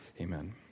amen